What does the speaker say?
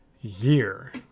year